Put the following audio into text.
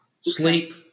Sleep